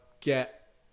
get